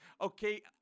okay